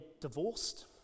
divorced